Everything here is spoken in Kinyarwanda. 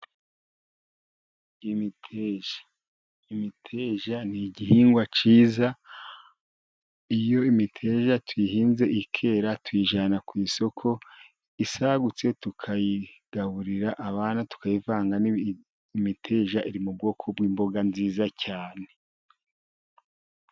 Imiteja. Imiteja ni igihingwa kiza, iyo imiteja tuyihinze ikera tuyijyana ku isoko, isagutse tukayigaburira abana tukayivanga n'ibindi. Imiteja iri mu bwoko bw'imboga nziza cyane.